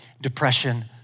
depression